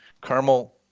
Carmel